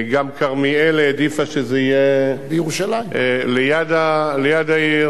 גם כרמיאל העדיפה שזה יהיה ליד העיר,